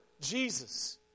Jesus